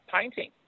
painting